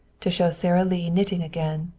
to show sara lee knitting again,